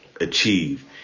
achieve